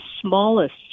smallest